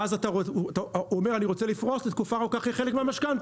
ואז הוא אומר אני רוצה לפרוס לתקופה ארוכה חלק מהמשכנתה.